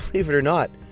believe it or not,